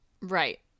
right